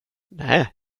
nej